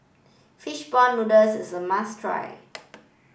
fish ball noodles is a must try